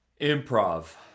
Improv